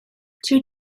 two